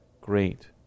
great